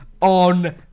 on